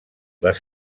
les